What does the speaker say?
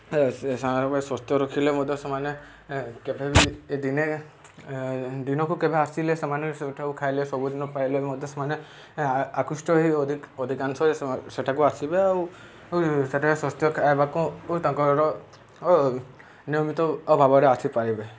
ସେମାନଙ୍କ ସ୍ଵାସ୍ଥ୍ୟ ରଖିଲେ ମଧ୍ୟ ସେମାନେ କେବେ ବି ଏ ଦିନେ ଦିନକୁ କେବେ ଆସିଲେ ସେମାନେ ସେଠାକୁ ଖାଇଲେ ସବୁଦିନ ପାଇଲେ ବି ମଧ୍ୟ ସେମାନେ ଆକୃଷ୍ଟ ହୋଇ ଅଧିକାଂଶରେ ସେଠାକୁ ଆସିବେ ଆଉ ଆଉ ସେଠାରେ ସ୍ୱସ୍ଥ୍ୟ ଖାଇବାକୁ ତାଙ୍କର ନିୟମିତ ଭାବରେ ଆସିପାରିବେ